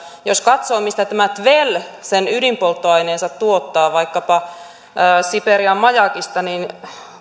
jos katsoo mistä tämä tvel sen ydinpolttoaineensa tuottaa vaikkapa siperian majakista niin